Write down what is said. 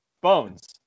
Bones